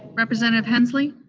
representative hensley?